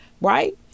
Right